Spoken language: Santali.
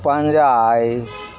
ᱯᱟᱸᱡᱟᱭ